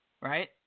right